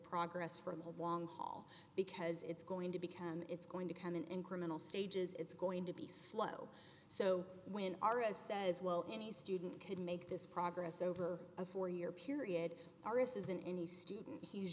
progress for a long haul because it's going to become it's going to come in incremental stages it's going to be slow so when our us says well any student could make this progress over a four year period our isn't any student he's